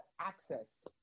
access